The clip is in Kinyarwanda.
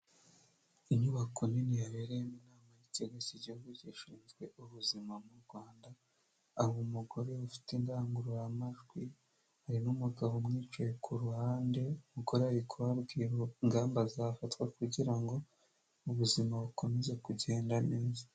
Inyubako nini yabereyemo inama y'ikigo cy'igihugu gishinzwe ubuzima mu Rwanda, hari umugore ufite indangururamajwi, hari n'umugabo umwicaye ku ruhande. Umugore ari kubabwira ingamba zafatwa kugira ngo ubuzima bukomeze kugenda neza.